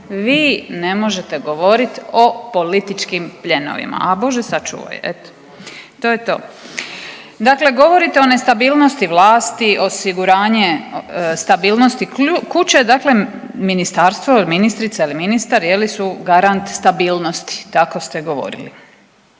vi ne možete govorit o političkim pljenovima, a Bože sačuvaj, eto, to je to. Dakle, govorite o nestabilnosti vlasti, osiguranje stabilnosti kuće, dakle ministarstvo, ministrica ili ministar je li su garant stabilnosti, tako ste govorili,